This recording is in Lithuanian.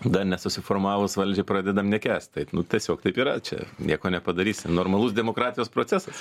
dar nesusiformavus valdžiai pradedam nekęst tai tiesiog taip yra čia nieko nepadarysi normalus demokratijos procesas